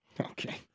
okay